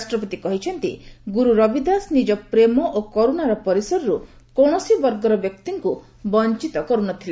ରାଷ୍ଟ୍ରପତି କହିଛନ୍ତି ଗୁରୁ ରବିଦାସ ନିଜ ପ୍ରେମ ଓ କରୁଣାର ପରିସରରୁ କୌଣସି ବର୍ଗର ବ୍ୟକ୍ତିଙ୍କ ବଞ୍ଚିତ କର୍ ନ ଥିଲେ